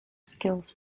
skills